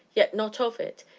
yet not of it,